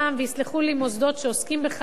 ויסלחו לי מוסדות שעוסקים בכך,